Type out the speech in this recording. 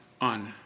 on